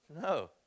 no